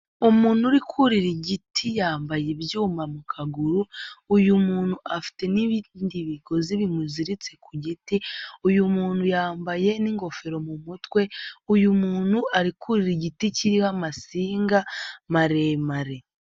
Umuntu uri kurira igiti yambaye ibyuma mu kaguru uyu muntu afite n'ibindi bigozi bimuziritse ku giti uyu muntu yambaye n'ingofero mu mutwe, uyu muntu arikurira igiti kiriho amasinga maremare.